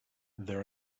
there